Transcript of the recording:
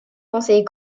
conseil